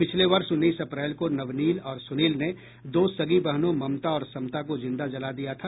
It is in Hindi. पिछले वर्ष उन्नीस अप्रैल को नवनील और सुनील ने दो सगी बहनों ममता और समता को जिंदा जला दिया था